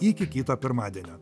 iki kito pirmadienio